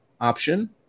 option